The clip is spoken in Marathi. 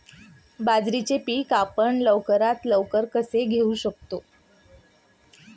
बाजरीचे पीक आपण लवकरात लवकर कसे घेऊ शकतो?